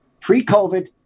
Pre-COVID